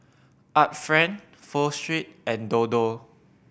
Art Friend Pho Street and Dodo